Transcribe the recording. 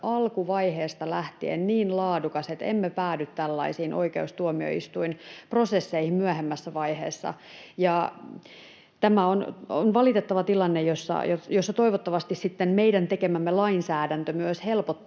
alkuvaiheesta lähtien niin laadukas, että emme päädy tällaisiin oikeustuomioistuinprosesseihin myöhemmässä vaiheessa. Tämä on valitettava tilanne, jossa toivottavasti meidän tekemämme lainsäädäntö myös helpottaa